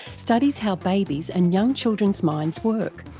studies how babies' and young children's minds work.